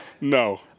no